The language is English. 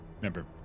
remember